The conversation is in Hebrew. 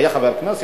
שהיה חבר כנסת,